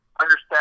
understand